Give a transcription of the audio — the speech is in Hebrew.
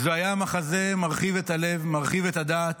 זה היה מחזה מרחיב את הלב, מרחיב את הדעת,